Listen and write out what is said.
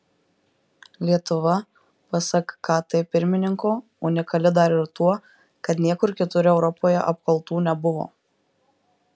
lietuva pasak kt pirmininko unikali dar ir tuo kad niekur kitur europoje apkaltų nebuvo